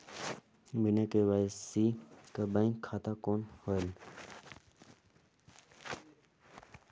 बिना के.वाई.सी कर बैंक खाता कौन होएल?